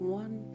one